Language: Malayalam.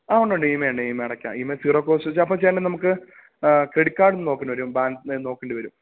ആ ഉണ്ട് ഉണ്ട് ഇ എം ഐ ഉണ്ട് ഇ എം ഐ അടയ്ക്കാം E M I zero percentage അപ്പോള് ചേട്ടാ നമുക്ക് ക്രെഡിറ്റ് കാർഡ് ഒന്ന് നോക്കേണ്ടി വരും ബാലൻസിന്റെ കാര്യം നോക്കേണ്ടി വരും